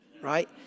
Right